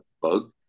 bug